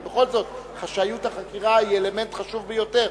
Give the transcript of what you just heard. כי בכל זאת חשאיות החקירה היא אלמנט חשוב ביותר.